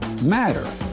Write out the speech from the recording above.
matter